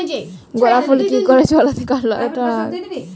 গোলাপ ফুল কি করে জলদি ফোটানো যাবে?